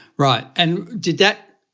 right, and did that,